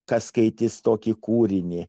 kas skaitys tokį kūrinį